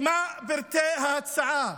כי מהם פרטי ההצעה?